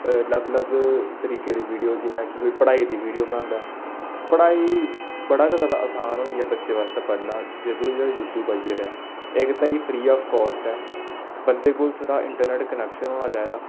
अलग अलग तरीकै दी विडियो जियां कि कोई पढ़ाई दी वीडियो बनांदा पढ़ाई बड़ा गै जैदा असान होई गेआ ऐ बच्चें आस्तै पढ़ना जदूं दा यूट्यूब आई गेदा ऐ इक ते फ्री आफ कास्ट ऐ बंदे कोल छड़ा थोह्ड़ा इंटरनैट्ट कनैक्शन होना चाहिदा